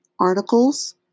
articles